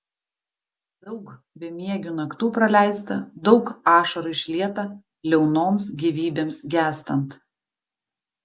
daug bemiegių naktų praleista daug ašarų išlieta liaunoms gyvybėms gęstant